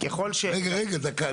ככל --- רגע, רגע, דקה.